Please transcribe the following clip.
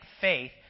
faith